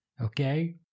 Okay